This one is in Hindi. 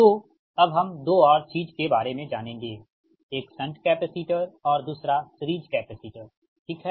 तो अब हम दो और चीज के बारे में जानेंगे एक शंट कैपेसिटर और दूसरा सिरीज़ कैपेसिटर ठीक है